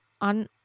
on